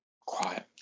quiet